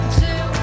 two